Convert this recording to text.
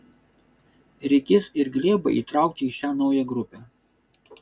reikės ir glėbą įtraukti į šią naują grupę